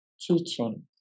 teaching